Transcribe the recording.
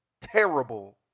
terrible